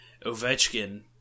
Ovechkin